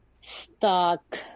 Stock